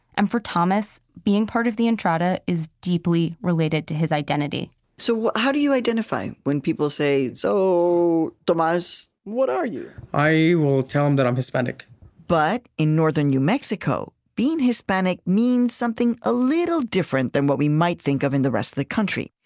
and for thomas, being part of the entrada is deeply related to his identity so how do you identify when people say, so, thomas, what are you? i will tell them that i'm hispanic but in northern new mexico, being hispanic means something a little different than what we might think of in the rest of the country.